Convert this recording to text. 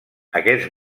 aquests